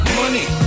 money